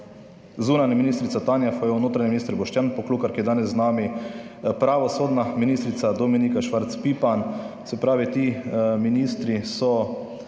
zunanja ministrica Tanja Fajon, notranji minister Boštjan Poklukar, ki je danes z nami, pravosodna ministrica Dominika Švarc Pipan - se pravi, ti ministri so